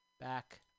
back